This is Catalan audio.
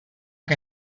que